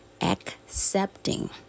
accepting